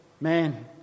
man